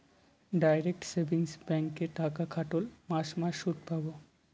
direct savings ব্যাঙ্কে টাকা খাটোল মাস মাস সুদ পাবো